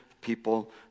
people